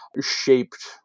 shaped